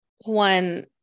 one